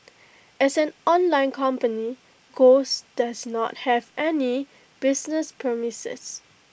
as an online company ghost does not have any business premises